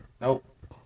Nope